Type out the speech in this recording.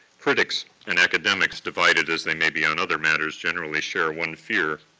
critics and academics, divided as they may be on other matters, generally share one fear,